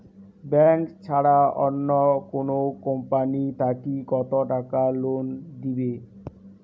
Bank ছাড়া অন্য কোনো কোম্পানি থাকি কত টাকা লোন দিবে?